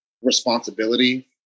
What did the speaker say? responsibility